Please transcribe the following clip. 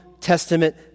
Testament